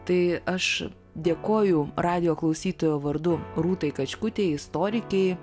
tai aš dėkoju radijo klausytojų vardu rūtai kačkutei istorikei